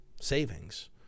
savings